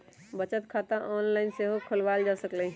बचत खता ऑनलाइन सेहो खोलवायल जा सकइ छइ